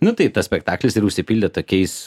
nu tai tas spektaklis ir užsipildė tokiais